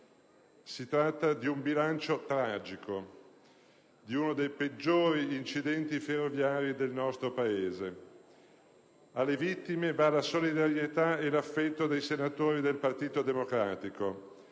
Si tratta di un bilancio tragico, di uno dei peggiori incidenti ferroviari del nostro Paese. Alle vittime va la solidarietà e l'affetto dei senatori del Partito Democratico;